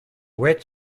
wet